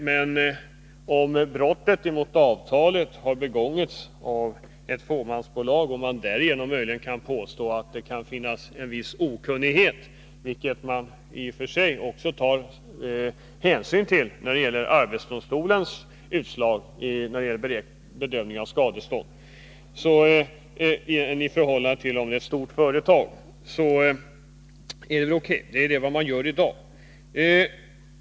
Men om ett brott har begåtts av ett fåmansbolag och man därigenom möjligen kan påstå att det föreligger en viss okunnighet — i förhållande till om det skulle ha gällt ett stort företag — är det väl O. K. att ta hänsyn till detta vid bedömningen av skadeståndet, och det är vad arbetsdomstolen gör i dag.